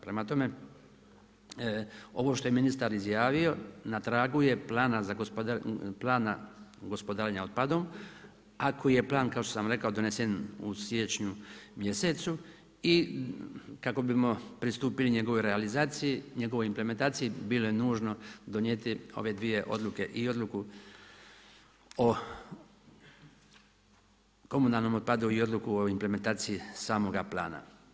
Prema tome, ovo što je ministar izjavio, na tragu je plana za gospodarenje otpadom ako je plan kao što je plan donesen u siječnju mjesecu, i kako bi smo pristupili njegovoj realizaciji, njegovoj implementaciji, bile nužno donijete ove dvije odluke i odluku o komunalnom otpadu i odluku o implementaciji samoga plana.